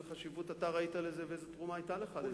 איזו חשיבות אתה ראית לזה ואיזו תרומה היתה לך לזה.